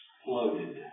exploded